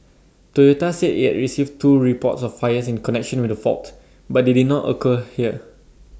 Toyota said IT had received two reports of fires in connection with the fault but they did not occur here